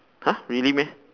!huh! really meh